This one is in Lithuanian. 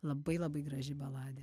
labai labai graži baladė